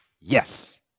yes